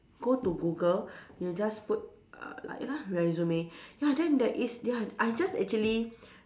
go to Google you just put uh write lah resume ya then there is ya I just actually